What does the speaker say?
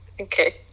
Okay